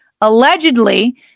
Allegedly